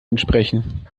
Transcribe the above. entsprechen